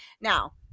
Now